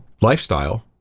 lifestyle